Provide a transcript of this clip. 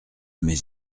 mais